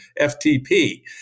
FTP